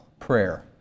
prayer